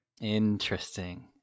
Interesting